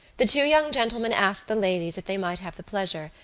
the two young gentlemen asked the ladies if they might have the pleasure,